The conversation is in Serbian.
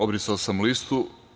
Obrisao sam listu.